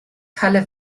color